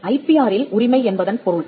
IPR இல் உரிமை என்பதன் பொருள்